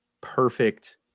perfect